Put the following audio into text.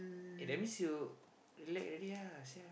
eh that means you relax already ah sia